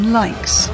likes